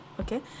Okay